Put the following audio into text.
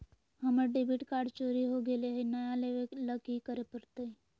हमर debit card चोरी हो गेले हई, नया लेवे ल की करे पड़तई?